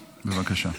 בבקשה.